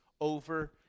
over